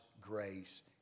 grace